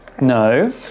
No